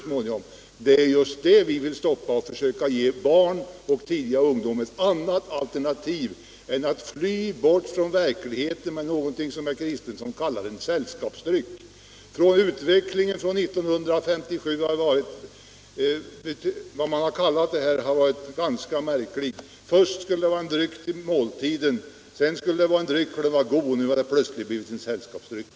Det är just det vi vill stoppa och försöka ge barn och ungdom ett annat alternativ än att fly bort från verkligheten med hjälp av någonting som herr Kristenson kallar sällskapsdryck. Språkbruket på detta område visar f. ö. en märklig utveckling från 1957: först skulle mellanölet vara en dryck till måltiden, sedan skulle det vara en dryck som var god och nu har det plötsligt blivit en sällskapsdryck.